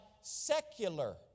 secular